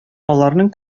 аларның